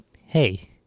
hey